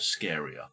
scarier